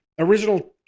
original